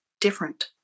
different